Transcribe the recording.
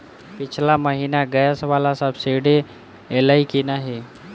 पिछला महीना गैस वला सब्सिडी ऐलई की नहि?